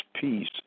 peace